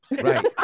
Right